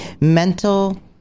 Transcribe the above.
Mental